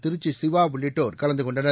திருச்சி சிவா உள்ளிட்டோர் கலந்து கொண்டனர்